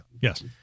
Yes